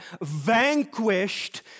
vanquished